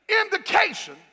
indication